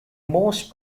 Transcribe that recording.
most